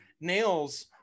nails